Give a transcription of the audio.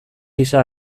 gisa